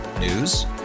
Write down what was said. News